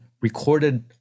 recorded